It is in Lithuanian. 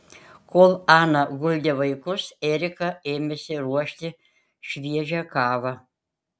kol ana guldė vaikus erika ėmėsi ruošti šviežią kavą